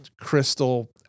crystal